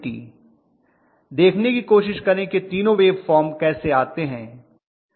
देखने की कोशिश करें कि तीनो वेवफॉर्म कैसे आते हैं